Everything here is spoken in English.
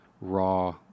raw